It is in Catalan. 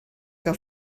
que